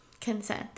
Consent